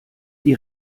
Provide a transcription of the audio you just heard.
die